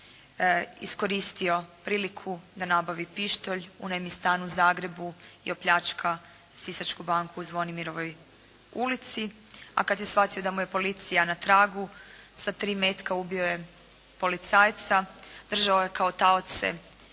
iskoristio priliku da nabavi pištolj, unajmi stan u Zagrebu i opljačka Sisačku banku u Zvonimirovoj ulici, a kad je shvatio da mu je policija na tragu sa 3 metka ubio je policajca. Držao je kao taoce